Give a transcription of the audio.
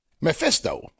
Mephisto